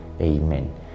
Amen